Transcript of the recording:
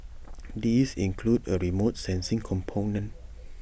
this includes A remote sensing component